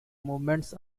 movements